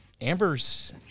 Amber's